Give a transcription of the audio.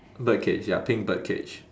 bird cage ya pink bird cage